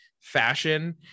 fashion